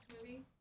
movie